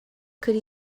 could